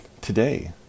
today